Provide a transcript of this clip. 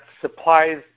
supplies